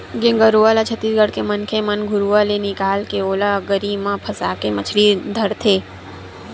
गेंगरूआ ल छत्तीसगढ़ के मनखे मन घुरुवा ले निकाले के ओला गरी म फंसाके मछरी धरथे